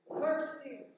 Thirsty